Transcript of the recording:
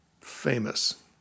famous